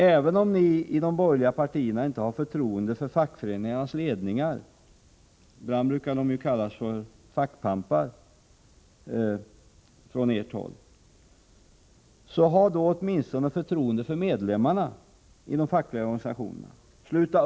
Även om de borgerliga partierna inte har förtroende för fackföre ningarnas ledningar — ibland brukar det ju på ert håll talas om fackpampar — kan ni väl åtminstone ha förtroende för de fackliga organisationernas medlemmar.